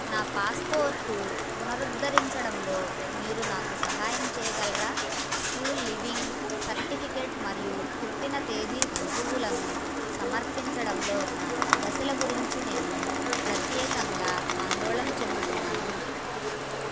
నా పాస్పోర్టు పునరుద్ధరించడంలో మీరు నాకు సహాయం చేయగలరా స్కూల్ లీవింగ్ సర్టిఫికేట్ మరియు పుట్టిన తేదీ రుజువు లను సమర్పించడంలో ఉన్న దశల గురించి నేను ప్రత్యేకంగా ఆందోళన చెందుతున్నాను